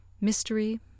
Mystery